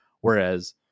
Whereas